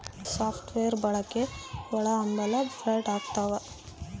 soft wear ಬಳಕೆ ಒಳಹಂಭಲ fraud ಆಗ್ತವ